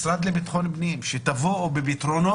משרד לביטחון פנים, בפתרונות